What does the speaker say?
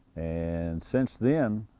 and since then,